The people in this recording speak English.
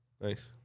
Nice